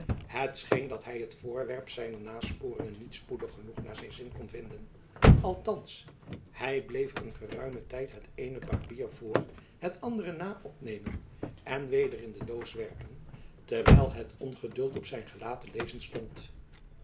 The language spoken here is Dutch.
scheen dat hy het voorwerp zijner nasporingen niet spoedig genoeg naar zijn zin kon vinden althands hy bleef een geruimen tijd het eene papier voor het andere na opnemen en weder in de doos werpen terwijl het ongeduld op zijn gelaat te lezen stond